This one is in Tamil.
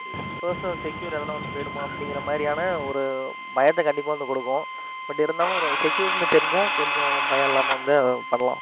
இஸ் பர்சனல் செக்யூர் அதெல்லாம் வந்து போயிடுமா அப்படிங்கிற மாதிரியான ஒரு பயத்தை கண்டிப்பாக வந்து கொடுக்கும் பட் இருந்தாலும் ஒரு செக்யூர்னு தெரிஞ்சால் கொஞ்சம் பயம் இல்லாமல் வந்து பண்ணலாம்